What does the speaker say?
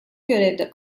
görevde